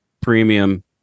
premium